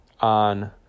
on